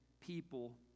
people